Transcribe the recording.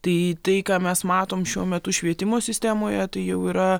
tai tai ką mes matom šiuo metu švietimo sistemoje tai jau yra